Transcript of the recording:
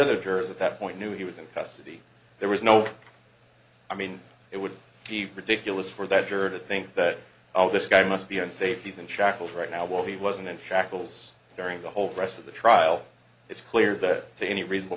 other jurors at that point knew he was in custody there was no i mean it would be ridiculous for that jury to think that this guy must be unsafe even shackled right now while he wasn't in shackles during the whole rest of the trial it's clear that to any reasonable